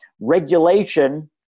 regulation